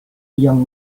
young